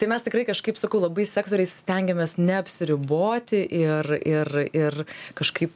tai mes tikrai kažkaip sakau labai sektoriais stengiamės neapsiriboti ir ir ir kažkaip